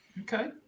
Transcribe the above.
okay